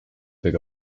big